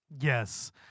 yes